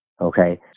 okay